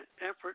effort